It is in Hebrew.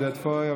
עודד פורר,